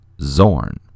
Zorn